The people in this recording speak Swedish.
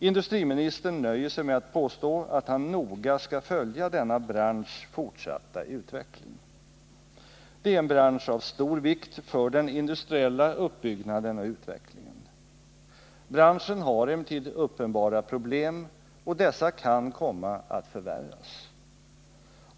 Industriministern nöjer sig med att påstå att han noga skall följa denna branschs fortsatta utveckling. Det är en bransch av stor vikt för den industriella uppbyggnaden och utvecklingen. Branschen har emellertid uppenbara problem, och dessa kan komma att förvärras.